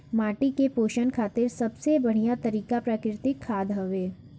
माटी के पोषण खातिर सबसे बढ़िया तरिका प्राकृतिक खाद हवे